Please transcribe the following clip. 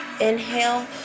inhale